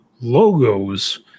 logos